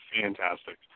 fantastic